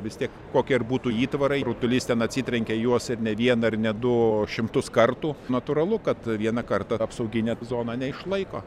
vis tiek kokie ir būtų įtvarai rutulys ten atsitrenkia į juos ir ne vieną ar net du šimtus kartų natūralu kad vieną kartą apsauginė zona neišlaiko